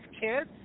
kids